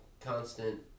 constant